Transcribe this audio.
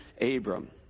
Abram